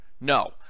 No